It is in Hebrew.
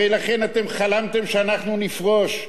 הרי לכן חלמתם שאנחנו נפרוש,